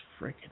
freaking